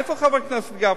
איפה חבר הכנסת גפני?